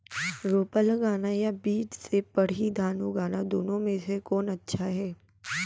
रोपा लगाना या बीज से पड़ही धान उगाना दुनो म से कोन अच्छा हे?